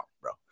bro